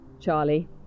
Charlie